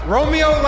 Romeo